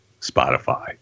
Spotify